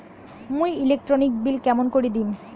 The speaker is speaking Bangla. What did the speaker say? মুই ইলেকট্রিক বিল কেমন করি দিম?